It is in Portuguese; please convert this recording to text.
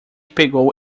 pegou